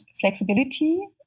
flexibility